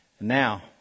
Now